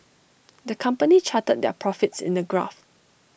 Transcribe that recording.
the company charted their profits in the graph